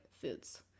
foods